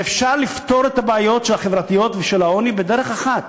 שאפשר לפתור את הבעיות החברתיות והבעיות של העוני בדרך אחת: